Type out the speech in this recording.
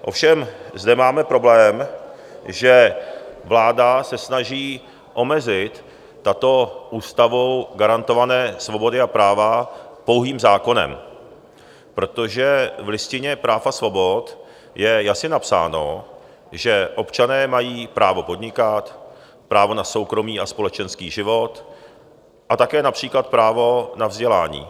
Ovšem zde máme problém, že vláda se snaží omezit tyto ústavou garantované svobody a práva pouhým zákonem, protože v Listině práv a svobod je jasně napsáno, že občané mají právo podnikat, právo na soukromý a společenský život a také například právo na vzdělání.